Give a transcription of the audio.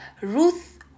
Ruth